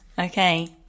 Okay